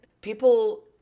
people